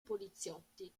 poliziotti